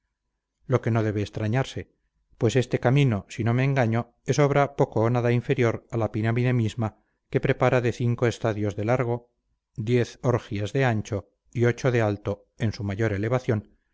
lo que no debe extrañarse pues este camino si no me engaño es obra poco o nada inferior a la pirámide misma que preparaba de cinco estadios de largo diez orgias de ancho y ocho de alto en su mayor elevación